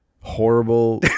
horrible